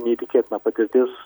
neįtikėtina patirtis